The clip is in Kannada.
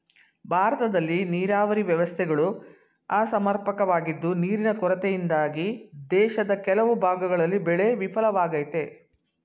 ಭಾರತದಲ್ಲಿ ನೀರಾವರಿ ವ್ಯವಸ್ಥೆಗಳು ಅಸಮರ್ಪಕವಾಗಿದ್ದು ನೀರಿನ ಕೊರತೆಯಿಂದಾಗಿ ದೇಶದ ಕೆಲವು ಭಾಗಗಳಲ್ಲಿ ಬೆಳೆ ವಿಫಲವಾಗಯ್ತೆ